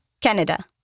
Canada